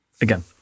Again